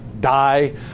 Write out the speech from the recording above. die